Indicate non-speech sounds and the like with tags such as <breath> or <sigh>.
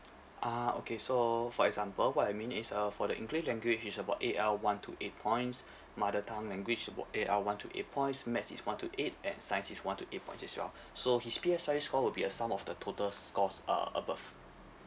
ah okay so for example what I mean is uh for the english language it's about A_L one to eight points <breath> mother tongue language about A_L one to eight points maths is one to eight and science is one to eight points as well <breath> so his P_S_L_E score will be a sum of the total scores uh above